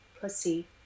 pussy